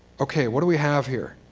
ok, what do we have here?